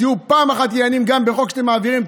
תהיו פעם אחת ענייניים בחוק שאתם מעבירים,